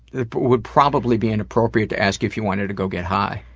it would probably be inappropriate to ask if you wanted to go get high.